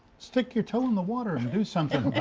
stick your toe in the water and do something